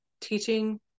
teaching